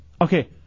Okay